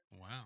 wow